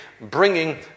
bringing